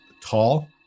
tall